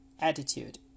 attitude